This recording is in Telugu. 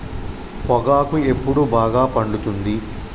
పొగాకు ఎప్పుడు బాగా పండుతుంది?